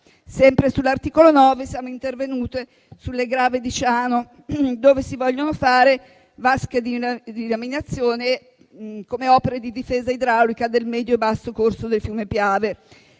Sempre sull'articolo 9, siamo intervenuti sulle Grave di Ciano, dove si vogliono fare vasche di laminazione come opere di difesa idraulica del medio e basso corso del fiume Piave.